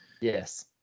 Yes